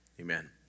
Amen